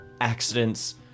accidents